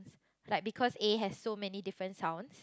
like because A has so many different sounds